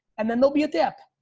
and then there'll be a dip.